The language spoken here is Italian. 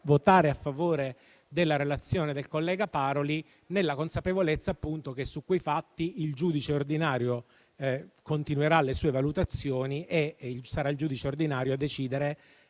votare a favore della relazione del collega Paroli. E si vota nella consapevolezza che su quei fatti il giudice ordinario continuerà le sue valutazioni e sarà il giudice ordinario a decidere